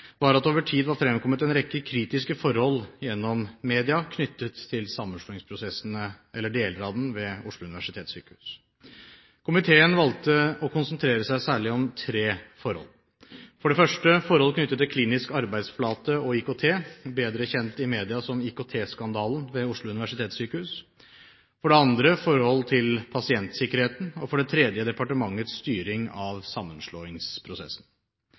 var at det over tid var fremkommet en rekke kritiske forhold gjennom media, knyttet til deler av sammenslåingsprosessen ved Oslo universitetssykehus. Komiteen valgte å konsentrere seg om særlig tre forhold, for det første forhold knyttet til Klinisk arbeidsflate og IKT – bedre kjent i media som IKT-skandalen ved Oslo universitetssykehus – for det andre forholdet til pasientsikkerheten og for det tredje departementets styring av sammenslåingsprosessen.